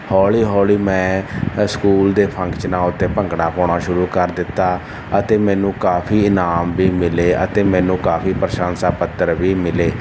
ਹੌਲੀ ਹੌਲੀ ਮੈਂ ਸਕੂਲ ਦੇ ਫੰਕਸ਼ਨਾਂ ਉੱਤੇ ਭੰਗੜਾ ਪਾਉਣਾ ਸ਼ੁਰੂ ਕਰ ਦਿੱਤਾ ਅਤੇ ਮੈਨੂੰ ਕਾਫ਼ੀ ਇਨਾਮ ਵੀ ਮਿਲੇ ਅਤੇ ਮੈਨੂੰ ਕਾਫ਼ੀ ਪਸ਼ੰਸਾ ਪੱਤਰ ਵੀ ਮਿਲੇ